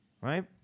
Right